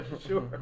sure